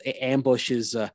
ambushes